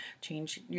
change